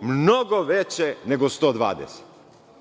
mnogo veće nego 120.